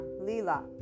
Lila